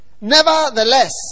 nevertheless